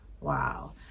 wow